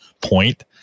point